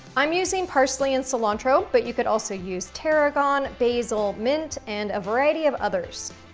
i'm using parsley and cilantro, but you could also use tarragon, basil, mint, and a variety of others.